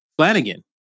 Flanagan